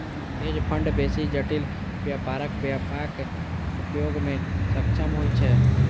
hedge fund बेसी जटिल व्यापारक व्यापक उपयोग मे सक्षम होइ छै